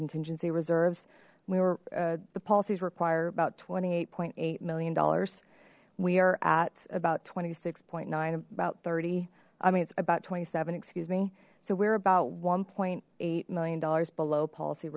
contingency reserves we were the policies require about twenty eight point eight million dollars we are at about twenty six point nine about thirty i mean it's about twenty seven excuse me so we're about one point eight million dollars below policy